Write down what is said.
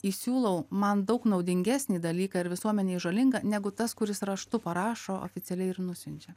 įsiūlau man daug naudingesnį dalyką ir visuomenei žalingą negu tas kuris raštu parašo oficialiai ir nusiunčia